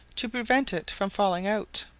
to prevent it from falling out.